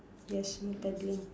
yes no paddling